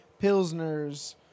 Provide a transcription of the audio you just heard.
Pilsners